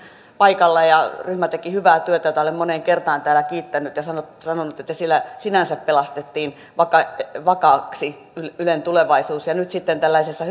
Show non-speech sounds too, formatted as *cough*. paikalla ja ryhmä teki hyvää työtä jota olen moneen kertaan täällä kiittänyt ja sanonut että sillä sinänsä pelastettiin vakaaksi vakaaksi ylen tulevaisuus ja nyt sitten tällaisessa *unintelligible*